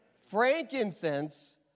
Frankincense